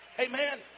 Amen